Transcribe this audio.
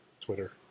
Twitter